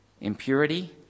impurity